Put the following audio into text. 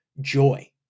joy